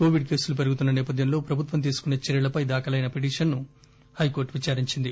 Covid కేసులు పెరుగుతున్న సేపథ్యంలో ప్రభుత్వం తీసుకునే చర్యలపై దాఖలైన పిటిషన్ ను హైకోర్టు విచారించింది